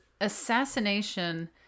assassination